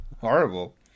Horrible